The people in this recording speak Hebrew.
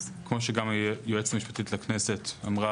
כמו שגם היועצת המשפטית לכנסת אמרה